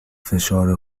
فشار